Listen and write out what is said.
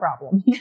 problem